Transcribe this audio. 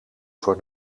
voor